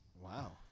Wow